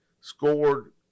scored